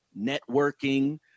networking